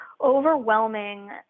overwhelming